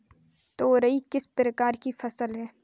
तोरई किस प्रकार की फसल है?